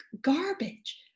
garbage